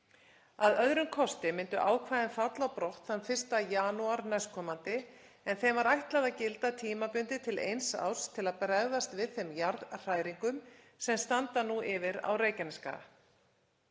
Að öðrum kosti myndu ákvæðin falla á brott þann 1. janúar næstkomandi en þeim var ætlað að gilda tímabundið til eins árs til að bregðast við þeim jarðhræringum sem standa nú yfir á Reykjanesskaganum.